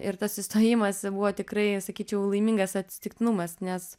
ir tas įstojimas buvo tikrai sakyčiau laimingas atsitiktinumas nes